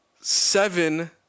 seven